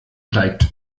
steigt